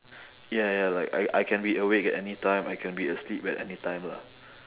ya ya like I I can be awake at anytime I can be asleep at anytime lah